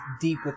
deep